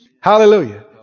Hallelujah